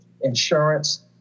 insurance